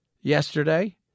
yesterday